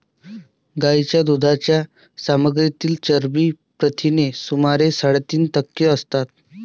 गायीच्या दुधाच्या सामग्रीतील चरबी प्रथिने सुमारे साडेतीन टक्के असतात